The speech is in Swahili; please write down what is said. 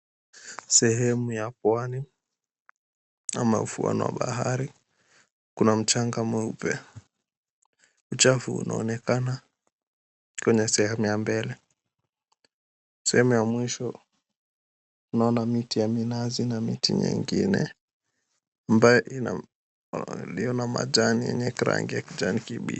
Sehemu ya pwani ama ufuo wa bahari kuna mchanga mweupe. Uchafu unaonekana kwenye sehemu ya mbele. Sehemu ya mwisho naona miti ya minazi na miti nyingine ambayo ilio na majani yenye rangi ya kijani kibichi.